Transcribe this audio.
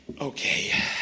okay